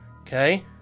okay